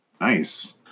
Nice